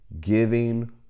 giving